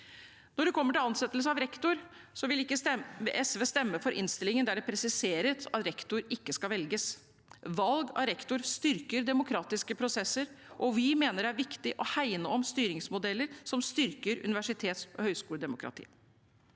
Når det gjelder ansettelse av rektor, vil ikke SV stemme for innstillingen der hvor det presiseres at rektor ikke skal velges. Valg av rektor styrker demokratiske prosesser, og vi mener det er viktig å hegne om styringsmodeller som styrker universitets- og høyskoledemokratiet.